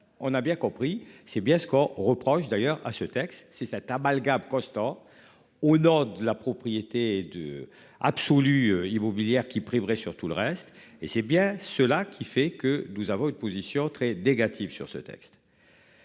on a bien compris, c'est bien ce qu'on reproche d'ailleurs à ce texte, c'est cet amalgame constant au nom de la propriété de absolue immobilière qui primerait sur tout le reste et c'est bien cela qui fait que nous avons une position et négatives sur ce texte.